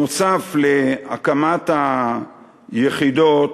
נוסף על הקמת היחידות,